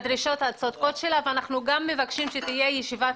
בדרישות הצודקות שלה ואנחנו גם מבקשים שתהיה ישיבת